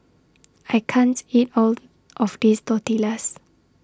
I can't eat All of This Tortillas